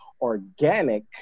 organic